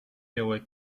białej